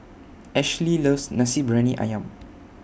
Ashlee loves Nasi Briyani Ayam